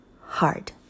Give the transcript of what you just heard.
hard